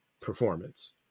performance